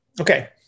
Okay